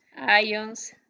ions